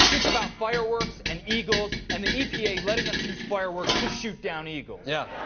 it's about fireworks and eagles, and the epa letting us use fireworks to shoot down eagles. yeah.